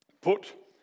Put